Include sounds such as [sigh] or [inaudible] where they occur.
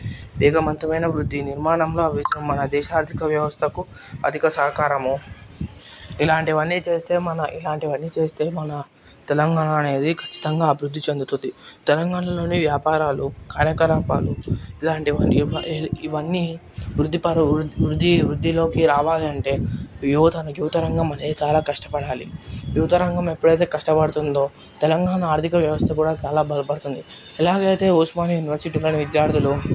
వేగవంతమైన వృద్ధి నిర్మాణంలో [unintelligible] మన దేశ ఆర్థిక వ్యవస్థకు అధిక సహకారము ఇలాంటివన్నీ చేస్తే మన ఇలాంటివన్నీ చేస్తే మన తెలంగాణ అనేది ఖచ్చితంగా అభివృద్ధి చెందుతుంది తెలంగాణలోని వ్యాపారాలు కార్యకలాపాలు ఇలాంటివన్నీ ఇవన్నీ చాలా వృద్ధి పాలు వృద్ధి వృద్ధిల్లోకి రావాలి అంటే యువతకి యువతరం అనేది చాలా కష్టపడాలి యువతరంగం ఎప్పుడైతే కష్టపడుతుందో తెలంగాణ ఆర్థిక వ్యవస్థ కూడా చాలా బలపడుతుంది ఎలాగా అయితే ఉస్మానియా యూనివర్సిటీ విద్యార్థులు